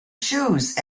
shoes